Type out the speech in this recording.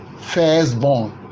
firstborn